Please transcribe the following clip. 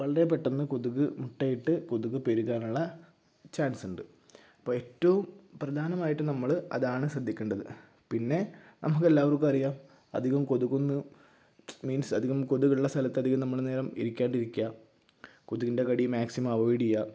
വളരെ പെട്ടെന്ന് കൊതുക് മുട്ടയിട്ട് കൊതുക് പെരുകാനുള്ള ചാൻസുണ്ട് അപ്പോൾ ഏറ്റവും പ്രധാനമായിട്ട് നമ്മൾ അതാണ് ശ്രദ്ധിയ്ക്കേണ്ടത് പിന്നെ നമുക്കെല്ലാവർക്കും അറിയാം അധികം കൊതുകൊന്നും മീന്സ് അധികം കൊതുകുള്ള സ്ഥലത്ത് അധികം നമ്മൾ നേരം ഇരിക്കാതിരിയ്ക്കുക കൊതുകിന്റെ കടി മേക്സിമം അവോയ്ഡ് ചെയ്യുക